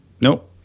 Nope